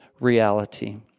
reality